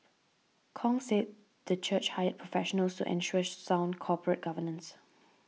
Kong said the church hired professionals to ensure sound corporate governance